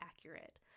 accurate